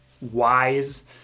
wise